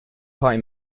party